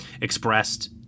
expressed